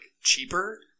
cheaper